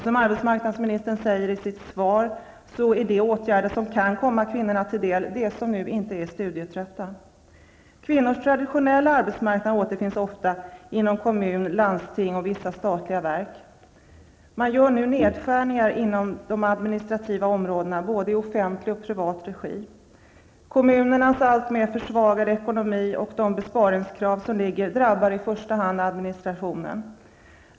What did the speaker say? Som arbetsmarknadsministern säger i sitt svar är det åtgärder som kan komma kvinnorna till del, de som nu inte är studietrötta. Kvinnors traditionella arbetsmarknad återfinns ofta inom kommun, landsting och vissa statliga verk. Man gör nu nedskärningar inom de administrativa områdena, både i offentlig och i privat regi. Kommunernas alltmer försvagade ekonomi och de besparingskrav som finns drabbar i första hand administrationen.